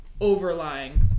overlying